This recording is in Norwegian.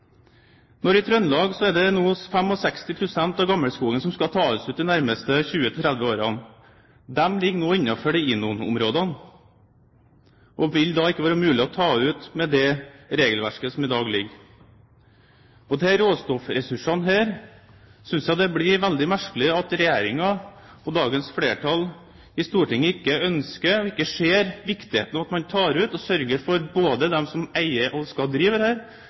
I Trøndelag er det nå 65 pst. av gammelskogen som skal tas ut de nærmeste 20–30 årene. De ligger nå innenfor disse INON-områdene og vil ikke være mulig å ta ut med det regelverket som gjelder i dag. Jeg synes det blir veldig merkelig at regjeringen og dagens flertall i Stortinget ikke ønsker og ikke ser viktigheten av at man tar ut disse råstoffressursene, og sørger for både dem som eier og skal